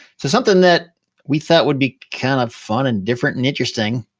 so something that we thought would be kind of fun and different and interesting,